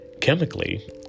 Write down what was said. Chemically